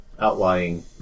outlying